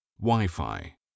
Wi-Fi